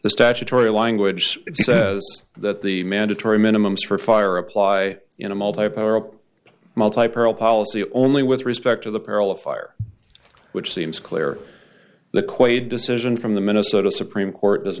the statutory language says that the mandatory minimums for fire apply in a multiple multipurpose policy only with respect to the peril of fire which seems clear the quaid decision from the minnesota supreme court